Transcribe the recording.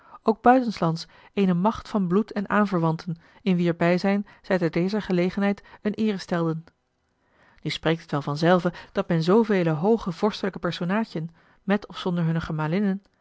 ook buitenslands eene macht van bloed en aanverwanten in wier bijzijn zij te dezer gelegenheid eene eer stelden nu spreekt het wel van zelve dat men zoovele hooge vorstelijke personaadjen met of zonder